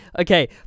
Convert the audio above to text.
Okay